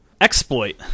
Exploit